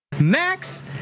Max